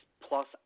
plus